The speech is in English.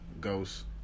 Ghost